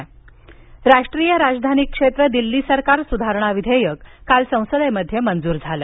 GNCTD राष्ट्रीय राजधानी क्षेत्र दिल्ली सरकार सुधारणा विधेयक काल संसदेमध्ये मंजूर झालं